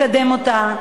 לקדם אותה,